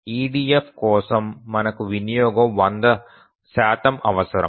EDF కోసం మనకు వినియోగం 100 అవసరం